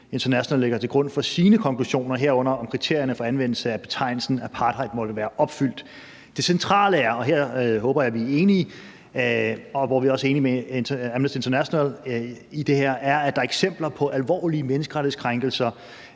International lægger til grund for sine konklusioner, herunder om kriterierne for anvendelsen af betegnelsen apartheid måtte være opfyldt. Det centrale er, og her håber jeg at vi er enige, og hvor vi også er enige med Amnesty International i det her, at der er eksempler på alvorlige menneskerettighedskrænkelser